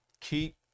Keep